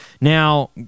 now